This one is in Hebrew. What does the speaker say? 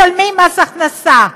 משלמים מס הכנסה,